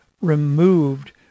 removed